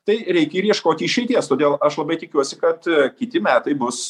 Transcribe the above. tai reikia ir ieškoti išeities todėl aš labai tikiuosi kad kiti metai bus